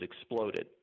exploded